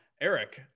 Eric